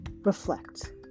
reflect